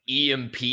EMP